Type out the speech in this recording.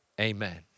amen